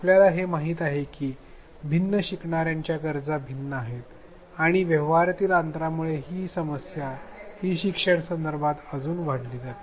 आपल्याला माहित आहे की भिन्न शिकणार्यांच्या गरजा भिन्न आहेत आणि व्यवहारातील अंतरामुळे ही समस्या ई शिक्षण संदर्भात अजून वाढली जाते